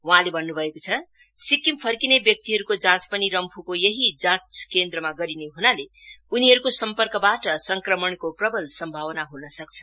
वहाँले भन्न् भएको छ सिक्किम फर्किने व्यक्तिहरूको जाँच पनि रम्फ्को यही जाँच केन्द्रमा गरिने हनाले उनीहरूको सम्पर्कबाट संक्रमणको प्रवल सम्भावना ह्नसक्छ